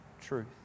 truth